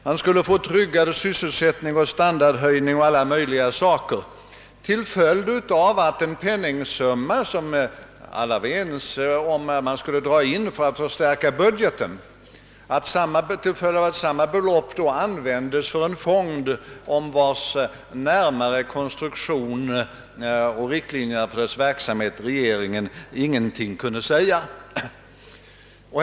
Man skulle få tryggare sysselsättning, standardhöjning och alla möjliga saker till följd av att en penningsumma — som alla var överens om att man skulle dra in för att förstärka budgeten — användes för en s.k. fond. Den närmare konstruktionen av fonden och riktlinjerna för dess verksamhet kunde regeringen föga ange.